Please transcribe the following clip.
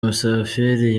musafiri